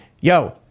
Yo